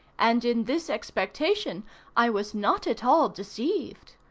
and in this expectation i was not at all deceived.